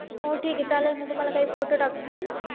हो ठीक आहे चालेल मी तुम्हाला काही फोटो टाकते